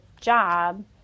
job